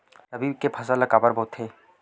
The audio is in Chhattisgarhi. रबी के फसल ला काबर बोथे?